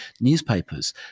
newspapers